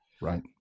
right